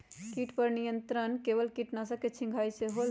किट पर नियंत्रण केवल किटनाशक के छिंगहाई से होल?